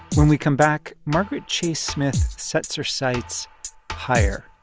when we come back, margaret chase smith sets her sights higher